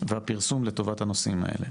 והפרסום לטובת הנושאים האלה.